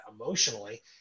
emotionally